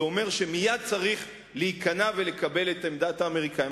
זה אומר שמייד צריך להיכנע ולקבל את עמדת האמריקנים.